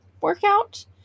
workout